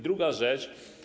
Druga rzecz.